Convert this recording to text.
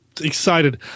excited